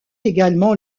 également